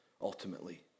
ultimately